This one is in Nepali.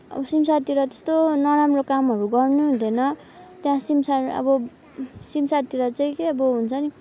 अब सिमसारतिर त्यस्तो नराम्रो कामहरू गर्नुहुँदैन त्यहाँ सिमसार अब सिमसारतिर चाहिँ के अब हुन्छ नि